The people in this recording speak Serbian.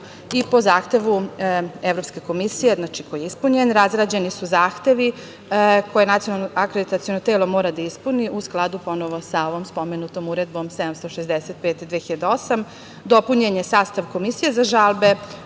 i po zahtevu Evropske komisije, znači koji je ispunjen. Razrađeni su zahtevi koje Nacionalno akreditaciono telo mora da ispuni u skladu ponovo sa ovom spomenutom Uredbom 765/2008. Dopunjen je sastav komisije za žalbe.